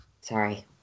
Sorry